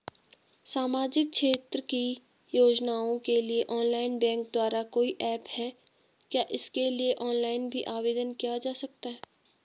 सामाजिक क्षेत्र की योजनाओं के लिए ऑनलाइन बैंक द्वारा कोई ऐप है क्या इसके लिए ऑनलाइन भी आवेदन किया जा सकता है?